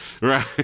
Right